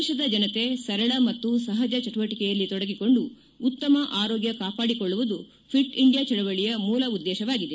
ದೇಶದ ಜನತೆ ಸರಳ ಮತ್ತು ಸಹಜ ಚಟುವಟಿಕೆಯಲ್ಲಿ ತೊಡಗಿಕೊಂಡು ಉತ್ತಮ ಆರೋಗ್ಯ ಕಾಪಾಡಿಕೊಳ್ಳುವುದು ಫಿಟ್ ಇಂಡಿಯಾ ಚಳುವಳಿಯ ಮೂಲ ಉದ್ದೇಶವಾಗಿದೆ